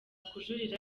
kujuririra